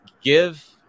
give